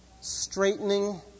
straightening